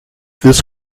this